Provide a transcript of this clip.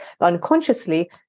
unconsciously